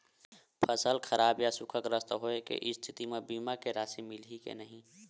फसल खराब या सूखाग्रस्त होय के स्थिति म बीमा के राशि मिलही के नही?